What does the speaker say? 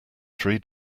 three